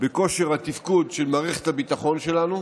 בכושר התפקוד של מערכת הביטחון שלנו,